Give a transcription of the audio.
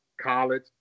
college